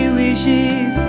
wishes